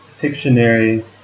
dictionary